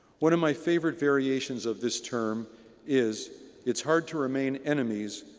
one of my favourite variations of this term is it's hard to remain enemies,